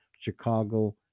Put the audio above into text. chicago